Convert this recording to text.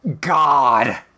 God